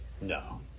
No